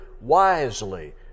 wisely